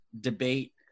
debate